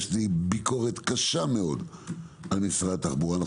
יש לי ביקורת קשה מאוד על משרד התחבורה.